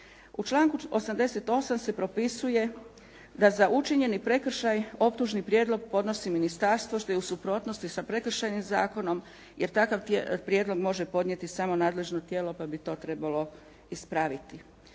U članku 88. se propisuje da za učinjeni prekršaj optužni prijedlog podnosi ministarstvo, što je u suprotnosti sa prekršajnim zakonom jer takav prijedlog može podnijeti samo nadležno tijelo, pa bi to trebalo ispraviti.